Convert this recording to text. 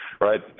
right